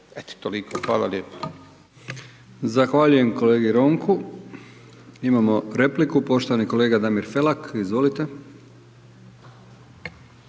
Zahvaljujem kolegi Ronku. Imamo repliku poštovani kolega Damir Felak. Izvolite.